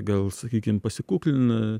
gal sakykim pasikuklina